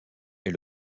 est